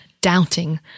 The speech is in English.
doubting